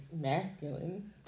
Masculine